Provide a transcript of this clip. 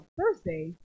Thursday